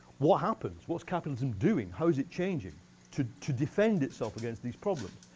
what happens, what's capitalism doing? how is it changing to to defend itself against these problems?